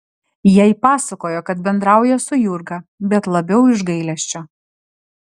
jai pasakojo kad bendrauja su jurga bet labiau iš gailesčio